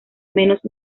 menos